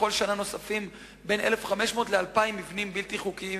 בכל שנה נוספים בין 1,500 ל-2,000 מבנים בלתי חוקיים